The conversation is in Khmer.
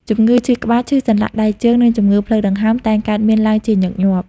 ជំងឺឈឺក្បាល ឈឺសន្លាក់ដៃជើង និងជំងឺផ្លូវដង្ហើមតែងកើតមានឡើងជាញឹកញាប់។